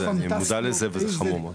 אני מודע לזה וזה חמור מאוד.